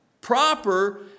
proper